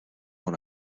dans